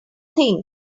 thing